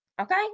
Okay